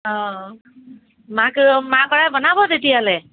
অঁ মাহকৰা মাহকৰাই বনাব তেতিয়াহ'লে